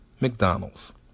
McDonald's